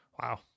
Wow